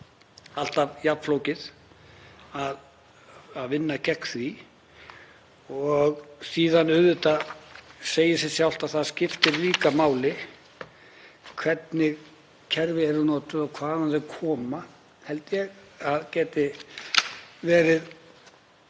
alltaf jafn flókið að vinna gegn því. Síðan segir sig auðvitað sjálft að það skiptir líka máli hvernig kerfi eru notuð og það hvaðan þau koma held ég að geti verið